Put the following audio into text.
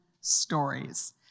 stories